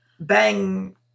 Bang